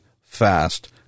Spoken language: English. fast